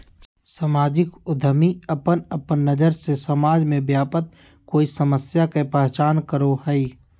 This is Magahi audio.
सामाजिक उद्यमी अपन अपन नज़र से समाज में व्याप्त कोय समस्या के पहचान करो हइ